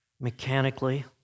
mechanically